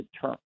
term